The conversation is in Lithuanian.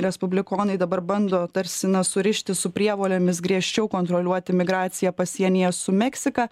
respublikonai dabar bando tarsi na surišti su prievolėmis griežčiau kontroliuoti migraciją pasienyje su meksika